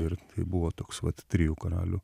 ir tai buvo toks vat trijų karalių